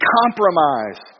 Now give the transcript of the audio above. compromise